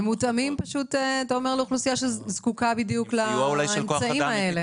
הן מותאמות פשוט לאוכלוסייה שזקוקה בדיוק לאמצעים האלה.